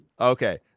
Okay